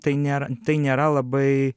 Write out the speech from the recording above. tai nėra tai nėra labai